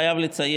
אני חייב לציין,